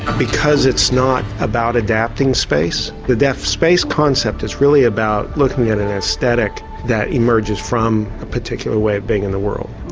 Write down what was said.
because it's not about adapting space, the deaf space concept is really about looking at an aesthetic that emerges from a particular way of being in the world.